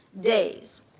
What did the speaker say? days